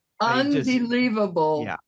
unbelievable